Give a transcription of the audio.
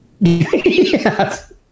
Yes